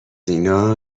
اینا